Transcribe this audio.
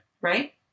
Right